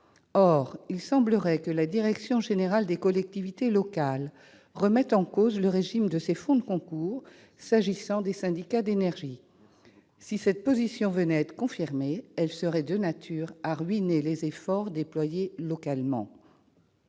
Or il semblerait que la Direction générale des collectivités locales, ou DGCL, remette en cause le régime de ces fonds de concours s'agissant des syndicats d'énergie. Si cette position venait à être confirmée, elle serait de nature à ruiner les efforts déployés localement.